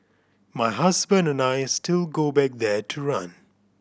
my husband and I still go back there to run